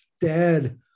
dad